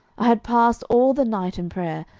i had passed all the night in prayer,